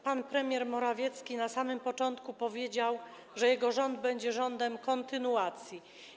Pan premier Morawiecki na początku powiedział, że jego rząd będzie rządem kontynuacji.